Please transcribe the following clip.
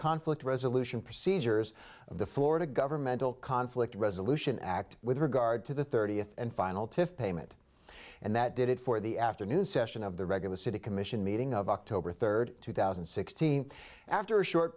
conflict resolution procedures of the florida governmental conflict resolution act with regard to the thirtieth and final tiff payment and that did it for the afternoon session of the regular city commission meeting of october third two thousand and sixteen after a short